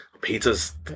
Pizza's